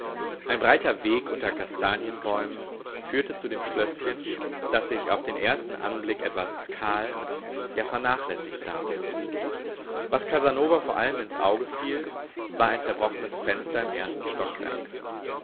ein breiter weg unter kastanienbäumen führte zu dem schlößchen das sich auf den ersten anblick etwas kahl ja vernachlässigt darbot was casanova vor allem ins auge fiel war ein zerbrochenes fenster im ersten stockwerk